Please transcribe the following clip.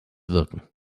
wirken